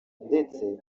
ndetse